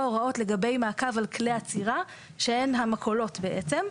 הוראות לגבי מעקב על כלי אצירה שהן המכולות בעצם.